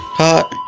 hot